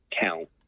count